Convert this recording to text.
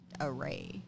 array